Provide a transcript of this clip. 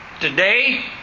Today